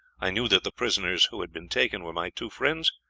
i knew that the prisoners who had been taken were my two friends,